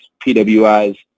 PWI's